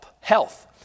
health